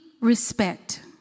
respect